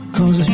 Cause